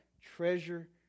Treasure